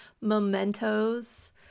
mementos